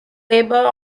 labour